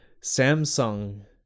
Samsung